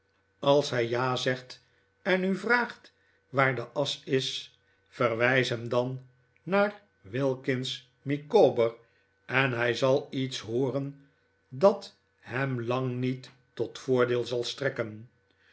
als hij ja zegt en u vraat waar de asch is verwijs hem dan naar wilkins micawber en hij zal iets hooren dat hem lang niet tot voordeel zal strekken